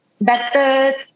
better